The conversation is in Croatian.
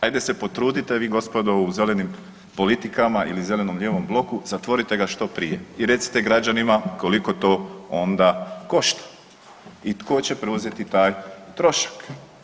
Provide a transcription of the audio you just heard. Ajde se potrudite vi gospodo u zelenim politikama ili zeleno-lijevom bloku zatvorite ga što prije i recite građanima koliko to onda košta i tko će preuzeti taj trošak.